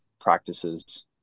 practices